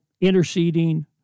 interceding